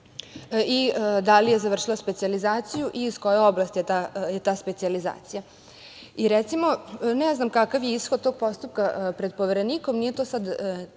i da li je završila specijalizaciju i iz koje oblasti je ta specijalizacija. Recimo, ne znam kakav je ishod tog postupka pred Poverenikom, nije to sad ni